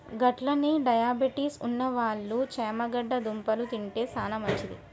గట్లనే డయాబెటిస్ ఉన్నవాళ్ళు చేమగడ్డ దుంపలు తింటే సానా మంచిది